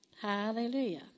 Hallelujah